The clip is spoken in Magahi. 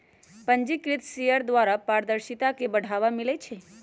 पंजीकृत शेयर द्वारा पारदर्शिता के बढ़ाबा मिलइ छै